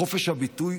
חופש הביטוי,